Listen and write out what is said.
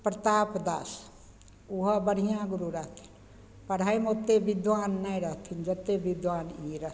प्रताप दास उहो बढ़िआँ गुरु रहथिन पढ़ाइमे ओते विद्वान नहि रहथिन जते विद्वान ई रहथिन